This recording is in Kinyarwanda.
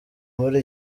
muri